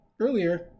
earlier